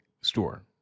store